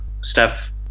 Steph